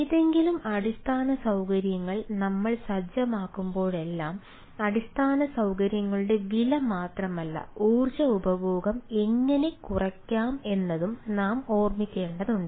ഏതെങ്കിലും അടിസ്ഥാന സൌകര്യങ്ങൾ നമ്മൾ സജ്ജമാക്കുമ്പോഴെല്ലാം അടിസ്ഥാന സൌകര്യങ്ങളുടെ വില മാത്രമല്ല ഊർജ്ജ ഉപഭോഗം എങ്ങനെ കുറയ്ക്കാം എന്നതും നാം ഓർമ്മിക്കേണ്ടതാണ്